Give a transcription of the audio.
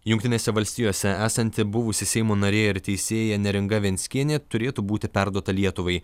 jungtinėse valstijose esanti buvusi seimo narė ir teisėja neringa venckienė turėtų būti perduota lietuvai